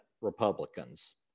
Republicans